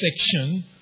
section